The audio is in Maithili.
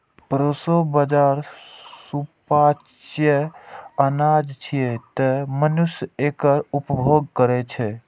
प्रोसो बाजारा सुपाच्य अनाज छियै, तें मनुष्य एकर उपभोग करै छै